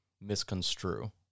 misconstrue